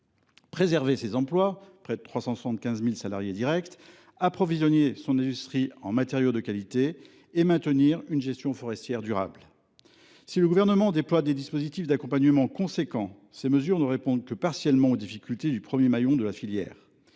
représentent près de 375 000 salariés directs, approvisionner son industrie en matériaux de qualité et maintenir une gestion forestière durable. Si le Gouvernement déploie des dispositifs d’accompagnement importants, ces mesures ne répondent que partiellement aux difficultés du premier maillon de la filière.